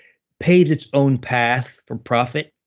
paves it's own path for profit.